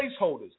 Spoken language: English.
placeholders